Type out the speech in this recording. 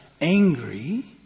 angry